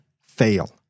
fail